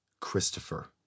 Christopher